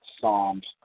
Psalms